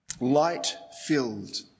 Light-filled